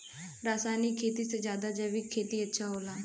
रासायनिक खेती से ज्यादा जैविक खेती अच्छा होला